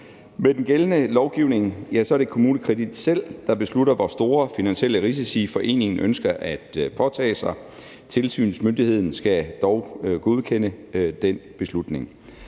Med den gældende lovgivning er det KommuneKredit selv, der beslutter, hvor store finansielle risici foreningen ønsker at påtage sig. Tilsynsmyndigheden skal dog godkende den beslutning.